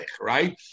right